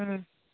ꯎꯝ